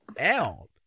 out